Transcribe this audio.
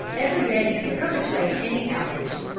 ever ready to perpetrate any outrage.